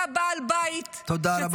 אתה בעל בית -- תודה רבה.